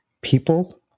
people